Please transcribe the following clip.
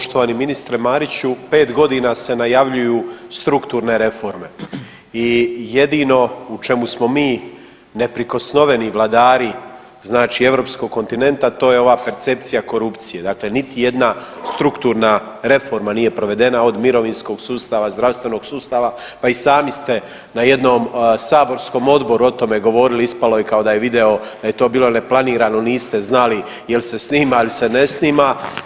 Poštovani ministre Mariću, pet godina se najavljuju strukturne reforme i jedino u čemu smo mi neprikosnoveni vladari Europskog kontinenta to je ova percepcija korupcije, dakle niti jedna strukturna reforma nije provedena od mirovinskog sustava, zdravstvenog sustava pa i sami ste na jednom saborskom odboru o tome govorili, ispalo je kao da je video da je to bilo neplanirano niste znali jel se snima ili se ne snima.